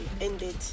ended